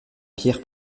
pierre